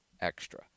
extra